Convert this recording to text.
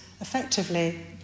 effectively